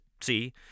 see